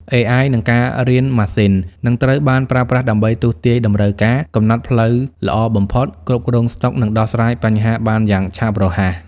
AI និងការរៀនម៉ាស៊ីន នឹងត្រូវបានប្រើប្រាស់ដើម្បីទស្សន៍ទាយតម្រូវការ កំណត់ផ្លូវល្អបំផុត គ្រប់គ្រងស្តុក និងដោះស្រាយបញ្ហាបានយ៉ាងឆាប់រហ័ស។